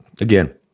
again